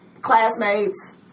classmates